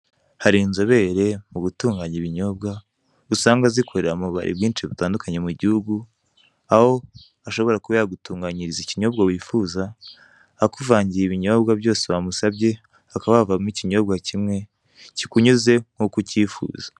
Hari inzobere mugutunganya ibinyobwa usanga zikorera mububari bwinshi butandukanye mugihugu aho ashobora kuba yagutunganyiriza ikinyobwa wifuza akuvangiye ibinyobwa byose wamusabye hakaba havamo ikinyobwa kimwe kikunyuze nkuko ucyifuza.